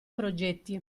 progetti